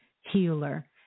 healer